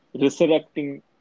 resurrecting